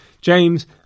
James